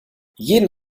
jeden